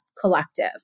Collective